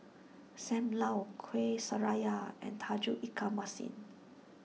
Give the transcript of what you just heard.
Sam Lau Kuih Syara and Tauge Ikan Masin